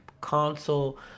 console